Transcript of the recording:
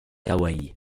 hawaii